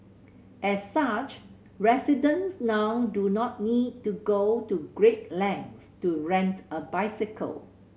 as such residents now do not need to go to great lengths to rent a bicycle